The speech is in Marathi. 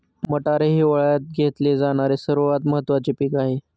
मटार हे हिवाळयात घेतले जाणारे सर्वात महत्त्वाचे पीक आहे